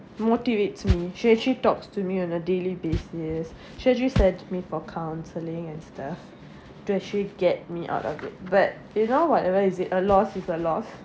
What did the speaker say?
motivates me she actually talks to me on a daily basis she actually sent me for counseling and stuff to actually get me out of it but you now whatever is it a loss is a loss